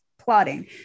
plotting